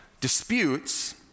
Disputes